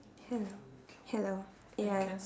hello hello ya